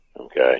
Okay